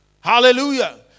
Hallelujah